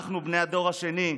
אנחנו בני הדור השני,